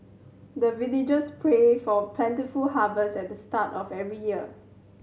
the villagers pray for plentiful harvest at the start of every year